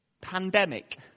Pandemic